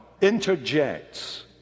interjects